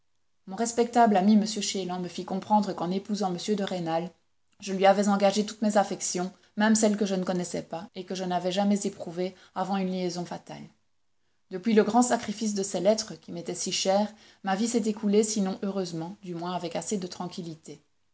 mon respectable ami m chélan me fit comprendre qu'en épousant m de rênal je lui avais engagé toutes mes affections même celles que je ne connaissais pas et que je n'avais jamais éprouvées avant une liaison fatale depuis le grand sacrifice de ces lettres qui m'étaient si chères ma vie s'est écoulée sinon heureusement du moins avec assez de tranquillité